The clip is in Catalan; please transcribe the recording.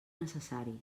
necessari